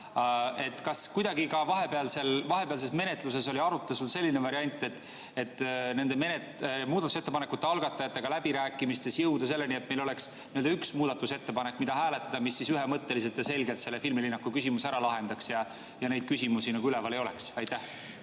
Kas vahepeal seal menetluses oli arutlusel ka selline variant, et nende muudatusettepanekute algatajatega läbirääkimistes jõuda selleni, et meil oleks üks muudatusettepanek, mida hääletada ja mis ühemõtteliselt ja selgelt selle filmilinnaku küsimuse ära lahendaks ja neid küsimusi üleval ei oleks? Aitäh